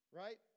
right